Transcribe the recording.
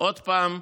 עוד פעם,